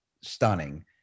stunning